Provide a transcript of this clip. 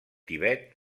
tibet